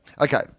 Okay